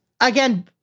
again